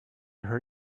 her